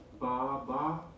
Ba-ba